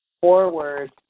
forward